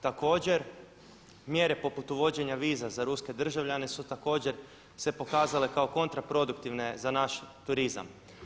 Također mjere poput uvođenja viza za ruske državljane su također se pokazale kao kontraproduktivne za naš turizam.